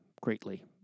greatly